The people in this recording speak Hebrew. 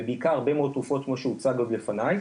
ובעיקר הרבה מאוד תרופות כמו שהוצג בפני,